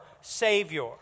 Savior